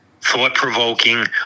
thought-provoking